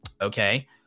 Okay